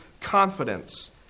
confidence